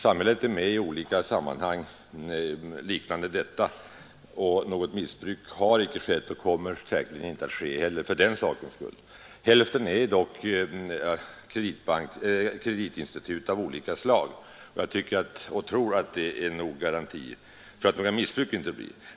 Samhället är engagerat i många sammanhang liknande detta, och något missbruk har icke skett och kommer säkerligen icke heller att förekomma. Hälften av aktierna skall dock ägas av kreditinstitut av olika slag, och jag tror att det är tillräcklig garanti för att det inte skall bli något missbruk.